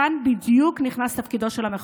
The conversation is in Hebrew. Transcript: כאן בדיוק נכנס תפקידו של המחוקק.